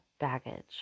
baggage